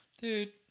dude